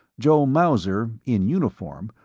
joe mauser, in uniform,